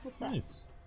Nice